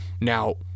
Now